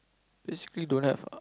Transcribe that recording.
basically don't have ah